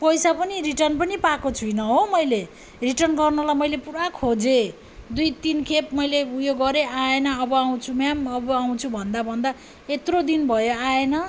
पैसा पनि रिटर्न पनि पाएको छुइनँ हो मैले रिटर्न गर्नलाई मैले पुरा खोजेँ दुई तिन खेप मैले यो गरेँ आएन अब आउँछु मेम अब आउँछु भन्दा भन्दा यत्रो दिन भयो आएन